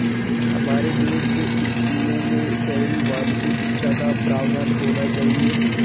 हमारे देश के स्कूलों में शहरी वानिकी शिक्षा का प्रावधान होना चाहिए